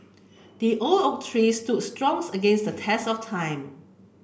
the oak tree stood strong against the test of time